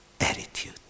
attitude